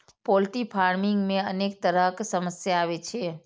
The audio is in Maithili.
पोल्ट्री फार्मिंग मे अनेक तरहक समस्या आबै छै